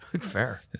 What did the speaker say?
Fair